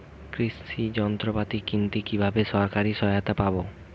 কৃষি যন্ত্রপাতি কিনতে কিভাবে সরকারী সহায়তা পাব?